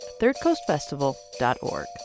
thirdcoastfestival.org